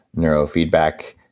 neuro feedback,